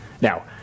Now